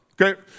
okay